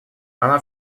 она